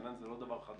הענן זה לא דבר חדש